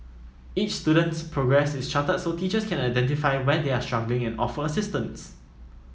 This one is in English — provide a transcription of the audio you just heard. each student's progress is charted so teachers can identify where they are struggling and offer assistance